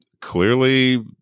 clearly